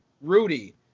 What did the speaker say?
Rudy